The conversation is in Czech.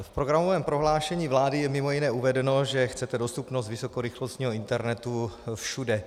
V programovém prohlášení vlády je mimo jiné uvedeno, že chcete dostupnost vysokorychlostního internetu všude.